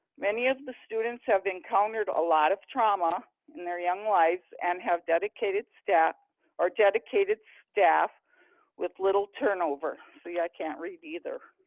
many of the students have encountered a lot of trauma in their young lives and have dedicated staff or dedicated staff with little turnover. you see, i can't read either.